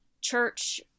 church